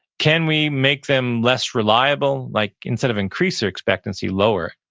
can we make them less reliable like instead of increased expectancy lower,